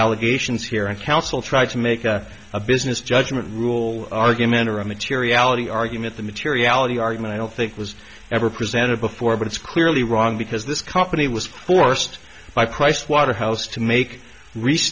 allegations here and counsel tried to make a business judgment rule argument or a materiality argument the materiality argument i don't think was ever presented before but it's clearly wrong because this company was forced by pricewaterhouse to make